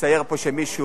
לצייר פה שמישהו,